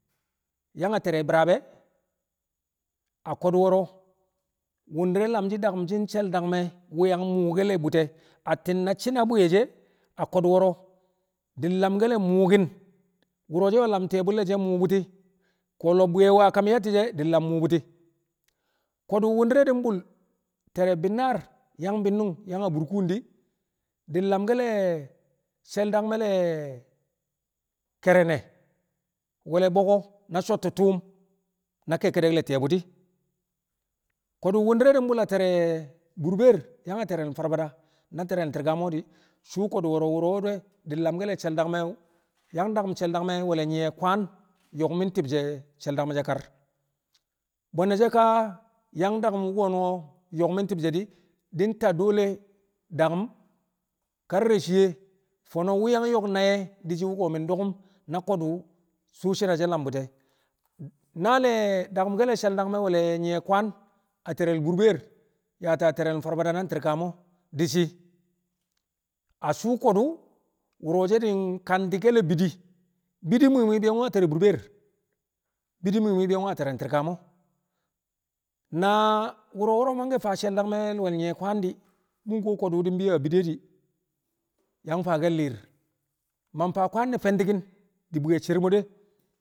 yang a te̱re̱ bi̱raab e̱, a ko̱du̱ wo̱ro̱ wu̱ndi̱re̱ lam shi̱ daku̱m she̱l dangme̱ dangme̱ wu̱ yang muukel bu̱ti̱ e̱, atti̱n na shi̱ na bwi̱ye̱ she̱ ko̱du̱ wo̱ro̱ di̱ lamke̱l le̱ muukin, wu̱ro̱ she̱ we̱ lam ti̱ye̱ bu̱lle̱ she̱ muu bu̱ti̱, ko̱ lo̱b bwi̱ƴe̱ wu a kam yatti̱ she̱ lam muu bu̱ti̱ ko̱du̱ wu̱ndi̱re̱ di̱ bul te̱re̱ bi̱nnaar yang bi̱nnu̱ng yang burkuun di̱, di̱ lamke̱l le̱ she̱l dangme̱ le̱ ke̱re̱ne̱ we̱l le̱ boko na sotti tṵṵm na kekkedek le̱ ti̱ye̱ bu̱ti̱. Ko̱du̱ wu̱ndi̱re̱ di̱ bul a te̱re̱l burbeer yang a te̱re̱l di̱ farfada na te̱re̱l tirkamo di̱, ko̱du̱ wu̱ro̱ wo̱ro̱ di̱ lamke̱l le̱ she̱l dangme̱ wu̱ yang, yang daku̱m she̱l dangme̱ we̱l nyi̱ye̱ kwaan yo̱kmi̱n ti̱bshe̱ she̱l dangme̱ she̱ kar. Bo̱ne̱ she ka yang daku̱m wu̱ ko̱nu̱n yo̱kmi̱n ti̱bshe̱ di̱ di̱ ta dole daku̱m kar re̱ shiye fo̱no̱ wu̱ yang yo̱k nai̱ e̱ di̱ shi̱ wu̱ mi̱ dokum na ko̱du̱ suu shi̱ne̱ lam bu̱ti̱ e̱. Naal le̱ dakumkel she̱l dangme̱ we̱l le̱ nyi̱ye̱ kwaan a te̱re̱l burbeer yaata te̱re̱l farfada na tirkamo di̱ shi̱, a suu ko̱du̱, wu̱ro̱ she̱ di̱ kanti̱ke̱l le̱ bidi. Bidi mwi̱i̱ mwi̱i̱ bi̱yo̱ko̱ a te̱re̱ burbeer, bidi mwi̱i mwi̱i̱ bi̱yo̱ko̱ a te̱re̱n tirkamo na wu̱ro̱ wo̱ro̱ mangke̱ faa she̱l dangme̱ we̱l nyi̱ye̱ kwaan di̱ mu̱ kuwo a ko̱du̱ di̱ bi̱yo̱ a bidi e̱ di̱ yang faake̱l li̱i̱r ma faa kwaan ne̱ fe̱nti̱ki̱n di̱ bwi̱ye̱ cero mo̱ de̱.